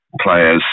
players